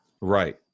Right